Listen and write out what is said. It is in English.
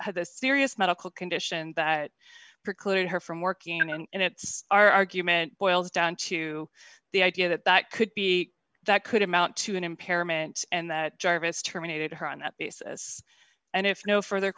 serious medical condition that preclude her from working and it argument boils down to the idea that that could be that could amount to an impairment and that jarvis terminated her on that basis and if no further